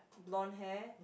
blonde hair